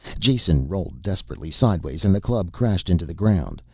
jason rolled desperately sideways and the club crashed into the ground,